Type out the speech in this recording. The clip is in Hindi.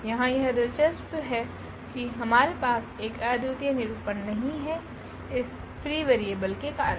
यहाँ यह दिलचस्प है कि हमारे पास एक अद्वितीय निरूपण नहीं है इस फ्री वेरिएबल के कारण